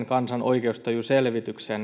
kansan yleinen oikeustaju selvityksessä